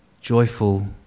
joyful